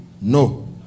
No